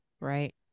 Right